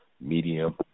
medium